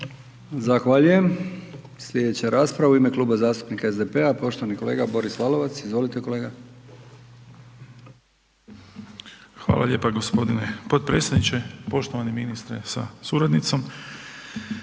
Zahvaljujem. Slijedeća rasprava u ime Kluba zastupnika SDP-a, poštovani kolega Boris Lalovac. Izvolite kolega. **Lalovac, Boris (SDP)** Hvala lijepa gospodine potpredsjedniče. Poštovani ministre sa suradnicom,